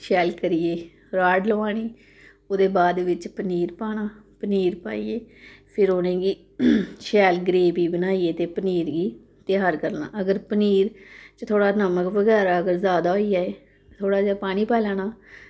शैल करियै राह्ड़ लोआनी ओह्दे बाद बिच्च पनीर पाना पनीर पाइयै फिर उ'नेंगी शैल ग्रेवी बनाइयै ते पनीर गी त्यार करना अगर पनीर च नमक बगैरा अगर जैदा होई जा थोह्ड़ा जेहा पानी पाई लैना